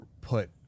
put